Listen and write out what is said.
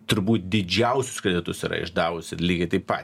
turbūt didžiausius kreditus yra išdavusi lygiai taip pat